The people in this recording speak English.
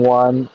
one